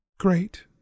great